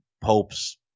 Pope's